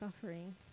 suffering